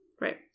Right